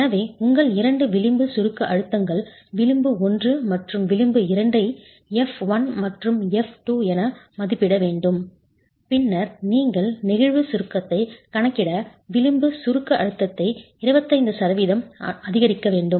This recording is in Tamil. எனவே உங்கள் இரண்டு விளிம்பு சுருக்க அழுத்தங்கள் விளிம்பு 1 மற்றும் விளிம்பு 2 ஐ f 1 மற்றும் f 2 என மதிப்பிட வேண்டும் பின்னர் நீங்கள் நெகிழ்வு சுருக்கத்தை கணக்கிட விளிம்பு சுருக்க அழுத்தத்தை 25 சதவீதம் அதிகரிக்க வேண்டும்